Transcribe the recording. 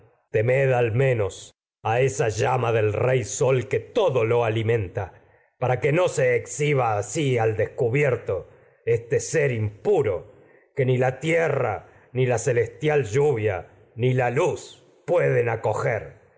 temed al menos a esa llama del rey al sol que todo lo alimenta para ser que no se exhiba asi descubierto este impuro que ni la tie acoger rra ni la celestial lluvia ni la luz pueden